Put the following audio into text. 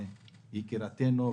יקירתנו,